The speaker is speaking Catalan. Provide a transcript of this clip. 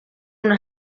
una